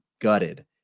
gutted